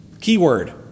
Keyword